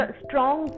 strong